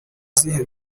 zihe